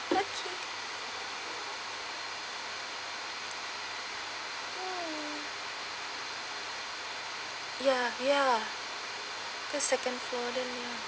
okay mm ya ya just second floor then ya